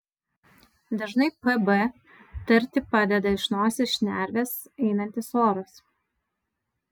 dažnai p b tarti padeda iš nosies šnervės einantis oras